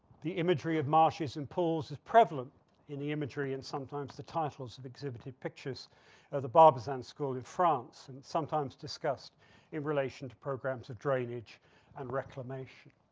the imagery of mashes and pools is prevalent in the imagery and sometimes the titles of exhibited pictures of the barbizon school in france and sometimes discussed in relation to programs of drainage and reclamation.